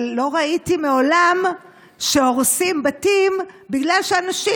אבל לא ראיתי מעולם שהורסים בתים בגלל שאנשים